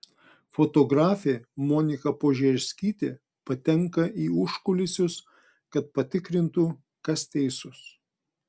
fotografė monika požerskytė patenka į užkulisius kad patikrintų kas teisus